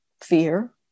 fear